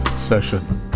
session